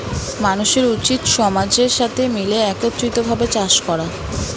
মানুষের উচিত সমাজের সাথে মিলে একত্রিত ভাবে চাষ করা